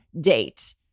date